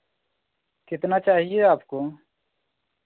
कितना चाहिए आपको